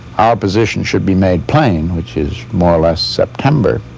our position should be made plain which is more or less september